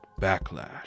backlash